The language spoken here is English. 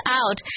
out